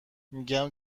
میگم